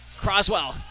Croswell